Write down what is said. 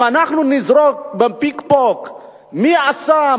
אם אנחנו נזרוק בפינג-פונג מי עשה,